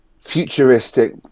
futuristic